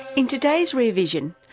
in today's rear vision,